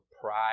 pride